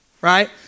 right